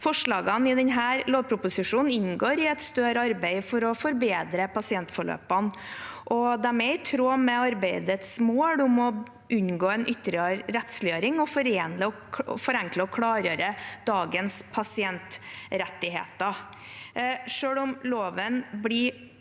Forslagene i denne lovproposisjon inngår i et større arbeid for å forbedre pasientforløpene, og de er i tråd med arbeidets mål om å unngå en ytterligere rettsliggjøring og forenkle og klargjøre dagens pasientrettigheter. Selv om loven blir